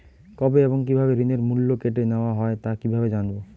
কবে এবং কিভাবে ঋণের মূল্য কেটে নেওয়া হয় তা কিভাবে জানবো?